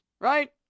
right